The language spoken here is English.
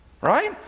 right